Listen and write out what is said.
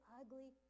ugly